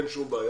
אין שום בעיה.